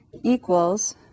equals